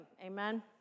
Amen